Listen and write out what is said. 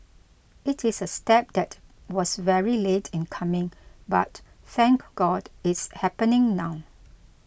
it is a step that was very late in coming but thank God it's happening now